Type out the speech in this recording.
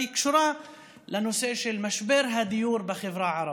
קשורה לנושא של משבר הדיור בחברה הערבית.